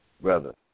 brother